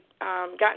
gotten